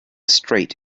straight